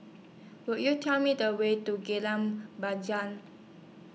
Could YOU Tell Me The Way to Jalan Bunga